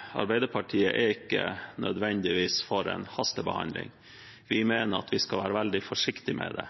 ikke nødvendigvis er for en hastebehandling. Vi mener at vi skal være veldig forsiktige med det.